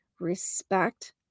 respect